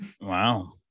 wow